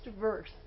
verse